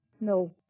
No